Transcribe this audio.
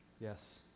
Yes